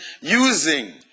using